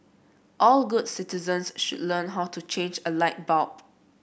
all good citizens should learn how to change a light bulb